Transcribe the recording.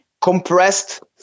compressed